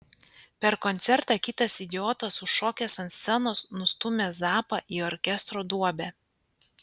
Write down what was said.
per koncertą kitas idiotas užšokęs ant scenos nustūmė zappą į orkestro duobę